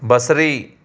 ॿसरी